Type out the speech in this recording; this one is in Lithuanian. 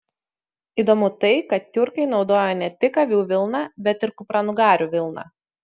įdomu tai kad tiurkai naudojo ne tik avių vilną bet ir kupranugarių vilną